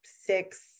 six